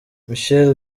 michael